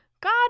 God